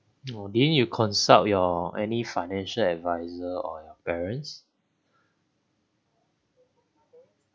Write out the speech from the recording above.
oh didn't you consult your any financial advisor or your parents